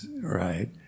right